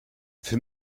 für